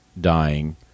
dying